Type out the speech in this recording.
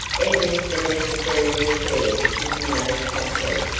even if the necessary repairs could be made promptly,